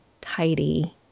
tidy